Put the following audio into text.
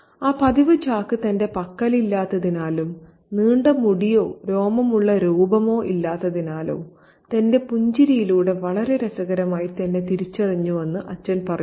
ആ പതിവ് ചാക്ക് തന്റെ പക്കലില്ലാത്തതിനാലും നീണ്ട മുടിയോ രോമമുള്ള രൂപമോ ഇല്ലാത്തതിനാലും തന്റെ പുഞ്ചിരിയിലൂടെ വളരെ രസകരമായി തന്നെ തിരിച്ചറിഞ്ഞുവെന്ന് അച്ഛൻ പറയുന്നു